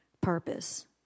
purpose